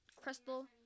crystal